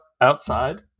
outside